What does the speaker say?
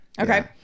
okay